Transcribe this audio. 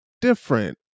different